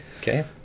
Okay